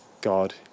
God